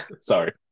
sorry